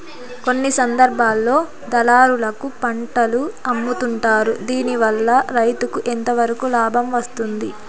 కొన్ని సందర్భాల్లో దళారులకు పంటలు అమ్ముతుంటారు దీనివల్ల రైతుకు ఎంతవరకు లాభం వస్తుంది?